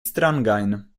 strangajn